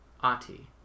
Ati